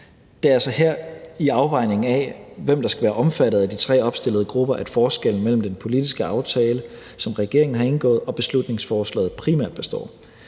Det er altså i afvejningen af, hvem der skal være omfattet af de tre opstillede grupper, at forskellen mellem den politiske aftale, som regeringen har indgået, og beslutningsforslaget primært består.